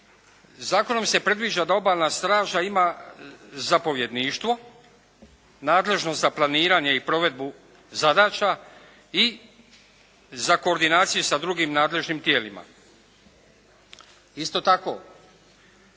Zakonom se predviđa da Obalna straža ima zapovjedništvo nadležno za planiranje i provedbu zadaća i za koordinaciju sa drugim nadležnim tijelima. Isto tako